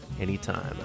anytime